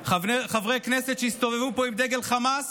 חברי כנסת שיסתובבו פה עם דגל חמאס?